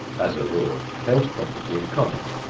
as a rule, held property in common.